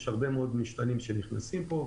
יש הרבה מאוד משתנים שנכנסים פה.